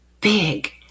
big